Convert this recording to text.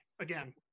Again